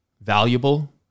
Valuable